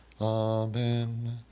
Amen